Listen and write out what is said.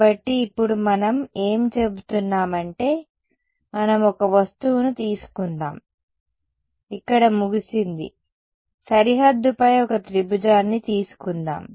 కాబట్టి ఇప్పుడు మనం ఏమి చేయబోతున్నాం అంటే మనం ఒక వస్తువును తీసుకుందాం ఇక్కడ ముగిసింది సరిహద్దుపై ఒక త్రిభుజాన్ని తీసుకుందాం